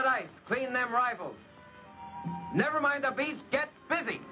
that ice cream that rivals never mind the base get busy